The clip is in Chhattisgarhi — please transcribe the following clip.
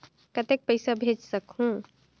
कतेक पइसा भेज सकहुं?